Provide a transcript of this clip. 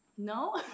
no